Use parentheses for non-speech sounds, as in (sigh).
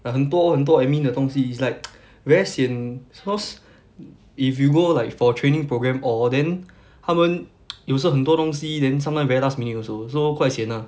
很多很多 admin 的东西 it's like (noise) very sian cause if you go like for training programme all then 他们 (noise) 有时候很多东西 then sometime very last minute also so quite sian ah